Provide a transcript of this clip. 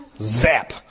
Zap